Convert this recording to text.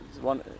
one